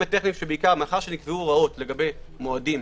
מאחר שנקבעו הוראות לגבי ומעדים,